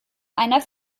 einer